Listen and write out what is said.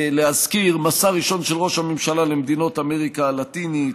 להזכיר: מסע ראשון של ראש הממשלה למדינות אמריקה הלטינית,